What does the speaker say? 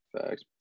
Facts